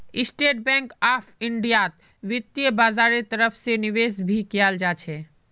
state bank of इन्डियात वित्तीय बाजारेर तरफ से निवेश भी कियाल जा छे